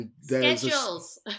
Schedules